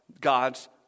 God's